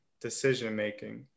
decision-making